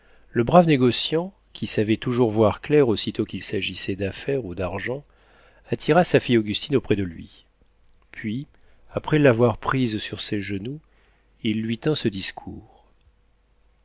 le brave négociant qui savait toujours voir clair aussitôt qu'il s'agissait d'affaires ou d'argent attira sa fille augustine auprès de lui puis après l'avoir prise sur ses genoux il lui tint ce discours